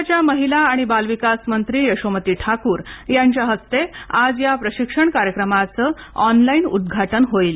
राज्याच्या महिला आणि बाल विकास मंत्री यशोमती ठाकूर यांच्या हस्ते आज या प्राशिक्षण कार्यक्रमाचे आँनलाइन उद्घाटन होईल